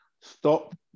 Stop